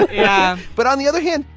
yeah but on the other hand,